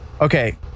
Okay